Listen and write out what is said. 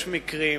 יש מקרים